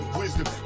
wisdom